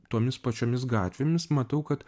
tomis pačiomis gatvėmis matau kad